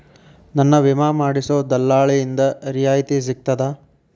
ನನ್ನ ವಿಮಾ ಮಾಡಿಸೊ ದಲ್ಲಾಳಿಂದ ರಿಯಾಯಿತಿ ಸಿಗ್ತದಾ?